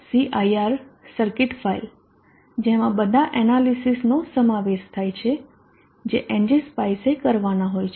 cir circuit file જેમાં બધા એનાલિસિસનો સમાવેશ થાય છે જે એનજીસ્પાઇસ એ કરવાના હોય છે